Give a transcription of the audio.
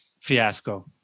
fiasco